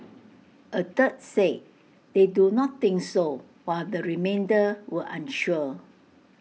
A third said they do not think so while the remainder were unsure